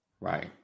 Right